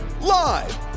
Live